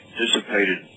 dissipated